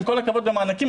עם כל הכבוד למענקים,